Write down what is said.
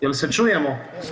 Jel se čujemo?